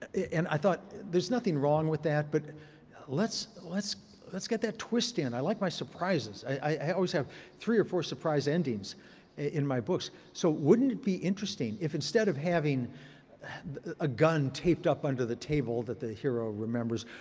and i thought, there's nothing wrong with that. but let's let's get that twist in. i like my surprises. i always have three or four surprise endings in my books. so wouldn't it be interesting if instead of having a gun taped up under the table that the hero remembers,